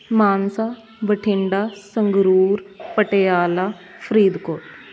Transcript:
Mansa Bathinda Sangrur Patiala Faridkot